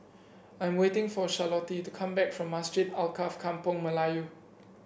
I'm waiting for Charlottie to come back from Masjid Alkaff Kampung Melayu